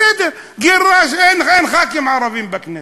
בסדר, אין חברי כנסת ערבים בכנסת.